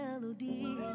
melody